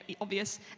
obvious